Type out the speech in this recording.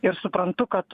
ir suprantu kad